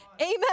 Amen